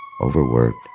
overworked